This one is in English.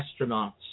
astronauts